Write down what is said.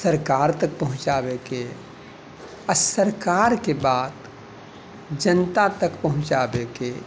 सरकार तक पहुँचाबैके आओर सरकारके बात जनता तक पहुँचाबैके